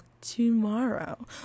Tomorrow